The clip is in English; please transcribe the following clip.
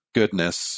goodness